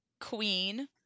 queen